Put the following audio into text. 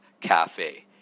Cafe